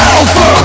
Alpha